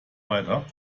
weiter